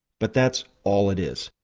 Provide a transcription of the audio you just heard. but that's all it is.